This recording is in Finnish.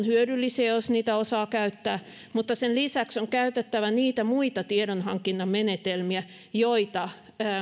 hyödyllisiä jos niitä osaa käyttää mutta sen lisäksi on käytettävä niitä muita tiedonhankinnan menetelmiä joita